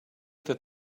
that